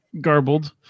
garbled